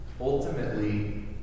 Ultimately